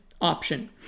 option